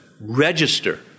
register